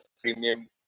premium